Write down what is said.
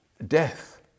Death